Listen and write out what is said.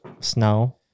snow